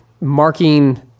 marking